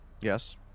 Yes